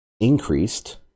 increased